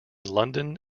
london